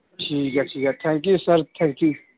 ਠੀਕ ਹੈ ਠੀਕ ਹੈ thank you sir thank you